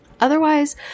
Otherwise